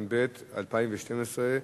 התשע"ב 2012,